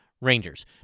Rangers